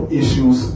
issues